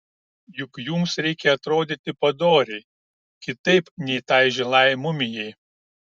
juk jums reikia atrodyti padoriai kitaip nei tai žilai mumijai